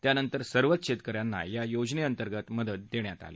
त्यानंतर सर्वच शक्किन्यांना या योजनञिंतर्गत मदत दक्ष्यात आली